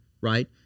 right